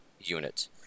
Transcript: unit